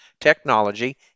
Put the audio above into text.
technology